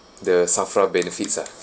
the SAFRA benefits ah